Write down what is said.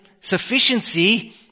sufficiency